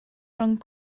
rhwng